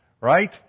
right